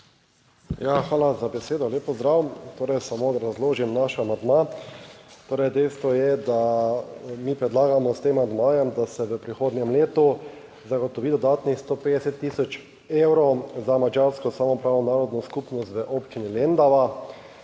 hvala za besedo, lep pozdrav! Torej, samo, da obrazložim naš amandma. Torej, dejstvo je, da mi predlagamo s tem amandmajem, da se v prihodnjem letu zagotovi dodatnih 150 tisoč evrov za madžarsko samoupravno narodno skupnost v Občini Lendava.